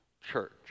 church